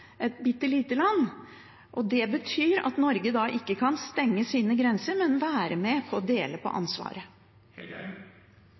Det betyr at Norge da ikke kan stenge sine grenser, men må være med og dele på ansvaret. Da tolker jeg svaret som at man baserer seg utelukkende på